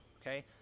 okay